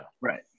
right